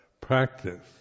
practice